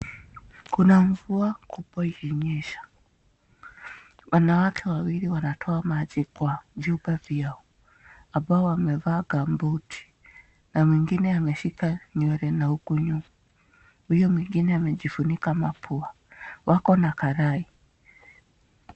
Kuna mvua kubwa ikinyesha. Wanawake wawili wanatoa maji kwa hivyo vyumba vyao ambao wamevaa gumboot na mwingine ameshika nywele huku nyuma. Huyu mwingine amejifunika mapua. Wako na karai.